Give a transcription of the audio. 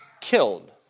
killed